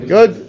Good